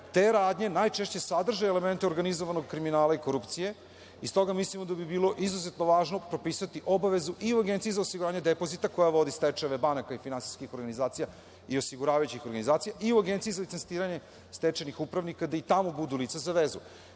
Te radnje najčešće sadrže elemente organizovanog kriminala i korupcije i stoga mislimo da bi bilo izuzetno važno propisati obavezu i u Agenciji za osiguranje depozita koja vodi stečajeve banaka i finansijskih organizacija i osiguravajućih organizacija i u Agenciji za licenciranje stečajnih upravnika, da i tamo budu lica za vezu. Juče